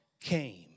came